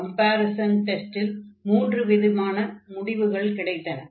comparison டெஸ்டில் மூன்று விதமான முடிவுகள் கிடைத்தன